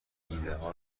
ایدهها